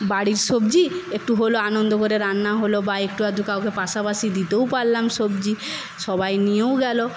বাড়ির সবজি একটু হলো আনন্দ করে রান্না হলো বা একটু আধটু কাউকে পাশাপাশি দিতেও পারলাম সবজি সবাই নিয়েও গেলো